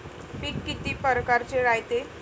पिकं किती परकारचे रायते?